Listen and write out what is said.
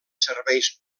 serveis